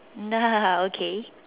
okay